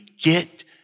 get